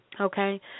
Okay